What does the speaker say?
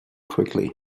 quickly